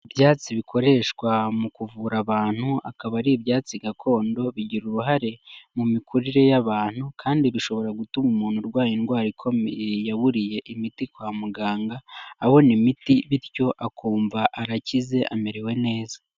Ibyatsi bikoreshwa mu kuvura abantu akaba ari ibyatsi gakondo, bigira uruhare mu mikurire y'abantu, kandi bishobora gutuma umuntu urwaye indwara ikomeye yaburiye imiti kwa muganga abona imiti bityo akumva arakize amerewe neza.